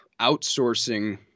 outsourcing